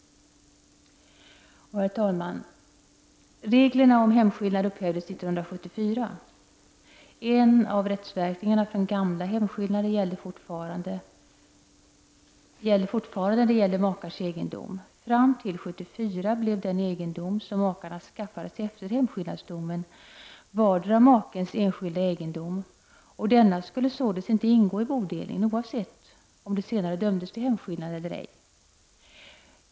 Herr talman! Reglerna om hemskillnad upphävdes 1974. En av rättsverkningarna från den gamla hemskillnaden gäller fortfarande när det gäller makars egendom. Fram till 1974 blev den ezendom som makarna skaffade sig efter hemskillnadsdomen vardera makens enskilda egendom. Denna skulle således inte ingå i bodelningen, oavsett om det senare dömdes till äktenskapsskillnad eller ej.